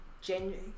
genuinely